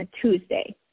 Tuesday